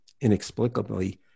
Inexplicably